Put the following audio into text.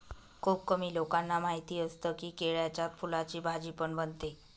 खुप कमी लोकांना माहिती असतं की, केळ्याच्या फुलाची भाजी पण बनते